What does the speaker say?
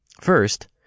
First